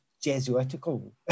Jesuitical